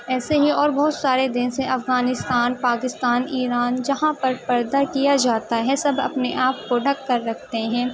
ایسے ہی اور بہت سارے دیس ہیں افغانستان پاکستان ایران جہاں پر پردہ کیا جاتا ہے سب اپنے آپ کو ڈھک کر رکھتے ہیں